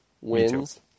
wins